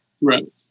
Right